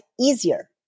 easier